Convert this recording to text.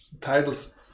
titles